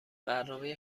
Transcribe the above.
برنامه